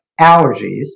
allergies